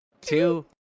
Two